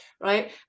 right